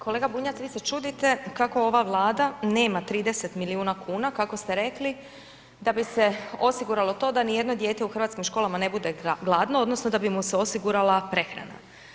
Kolega Bunjac, vi se čudite kako ova Vlada nema 30 milijuna kako ste rekli, da bi se osiguralo to da nijedno dijete u hrvatskim školama ne bude gladno odnosno da bi mu se osigurala prehrana.